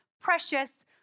precious